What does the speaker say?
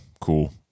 cool